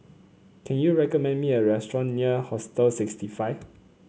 can you recommend me a restaurant near Hostel sixty five